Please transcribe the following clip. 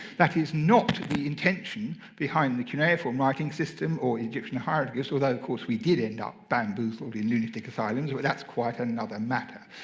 that is not the intention behind the cuneiform writing system or egyptian hieroglyphs. although, of course, we did end up bamboozled in lunatic asylums, but that's quite another matter.